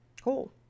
Cool